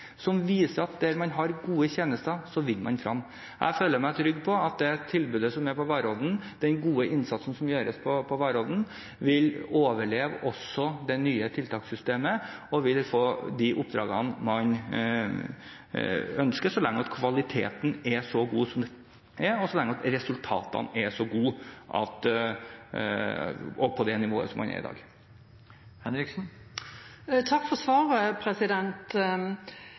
viser at der man har gode tjenester, vinner man frem. Jeg føler meg trygg på at det tilbudet som er på Varodd, den gode innsatsen som gjøres på Varodd, vil overleve også det nye tiltakssystemet og vil få de oppdragene man ønsker så lenge kvaliteten er så god som den er, og så lenge resultatene er på det nivået som de er på i dag. Takk for svaret.